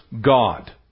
God